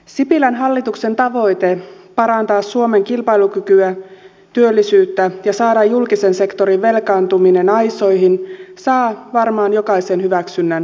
sipilän hallituksen tavoite parantaa suomen kilpailukykyä työllisyyttä ja saada julkisen sektorin velkaantuminen aisoihin saa varmaan jokaisen hyväksynnän ja tuen